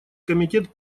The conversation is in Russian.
комитет